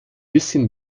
bisschen